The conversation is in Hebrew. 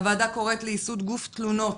הוועדה קוראת לייסוד גוף תלונות